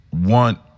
want